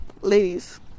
ladies